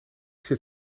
zit